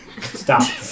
Stop